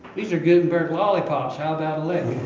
these are gutenburg lollipops how about a lick?